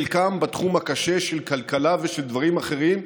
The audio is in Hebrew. חלקם בתחום הקשה של הכלכלה ושל דברים אחרים.